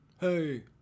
hey